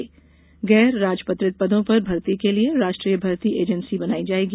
गैर राजपत्रित पदों पर भर्ती के लिये राष्ट्रीय भर्ती एजेंसी बनाई जाएगी